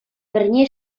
пӗрне